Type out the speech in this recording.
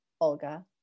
Olga